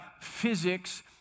physics